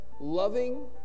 loving